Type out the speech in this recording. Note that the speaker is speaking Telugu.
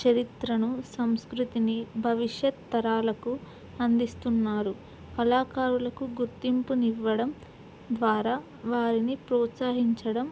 చరిత్రను సంస్కృతిని భవిష్యత్ తరాలకు అందిస్తున్నారు కళాకారులకు గుర్తింపునివ్వడం ద్వారా వారిని ప్రోత్సహించడం